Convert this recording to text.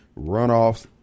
runoffs